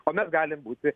o mes gali būti